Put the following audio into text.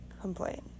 complain